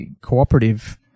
cooperative